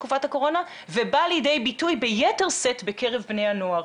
הקורונה ובא לידי ביטוי ביתר שאת בקרב בני הנוער.